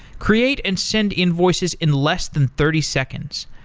create and send invoices in less than thirty seconds.